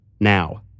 Now